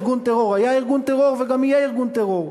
ארגון טרור היה, וגם יהיה ארגון טרור.